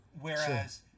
whereas